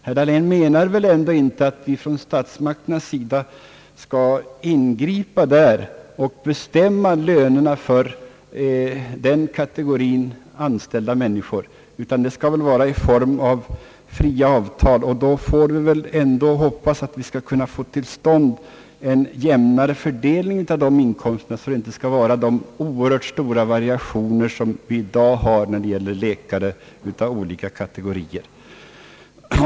Herr Dahlén menar väl ändå inte, att statsmakterna skall ingripa och bestämma lönerna för denna kategori anställda människor, utan det bör väl ske i form av fria avtal. Då får vi hoppas att vi skall kunna få till stånd en jämnare fördelning av inkomsterna, så att vi inte bevarar de oerhört stora lönevariationer som vi i dag har när det gäller läkare av olika kategorier.